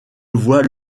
voit